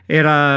era